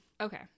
Okay